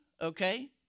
okay